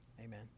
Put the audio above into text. Amen